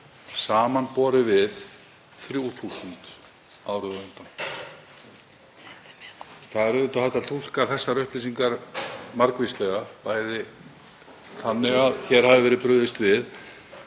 samanborið við 3.000 árið á undan. Það er auðvitað hægt að túlka þessar upplýsingar margvíslega, bæði þannig að hér hafi verið brugðist við